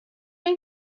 این